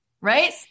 right